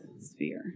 sphere